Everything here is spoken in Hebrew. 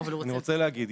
אני רוצה להגיד,